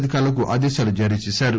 అధికారులకు ఆదేశాలు జారీ చేశారు